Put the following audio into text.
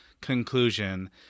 conclusion